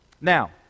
Now